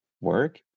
work